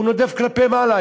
הוא נודף כלפי מעלה,